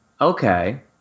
Okay